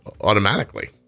Automatically